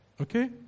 Okay